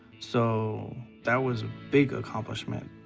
so that was a big accomplishment.